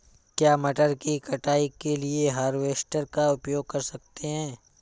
क्या मटर की कटाई के लिए हार्वेस्टर का उपयोग कर सकते हैं?